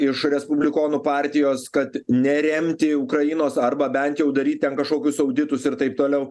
iš respublikonų partijos kad neremti ukrainos arba bent jau daryt ten kažkokius auditus ir taip toliau